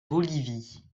bolivie